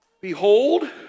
behold